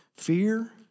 Fear